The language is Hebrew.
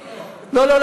לא, לא.